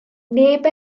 neb